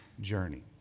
journey